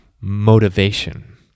motivation